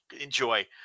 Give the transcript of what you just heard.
Enjoy